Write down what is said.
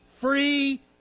free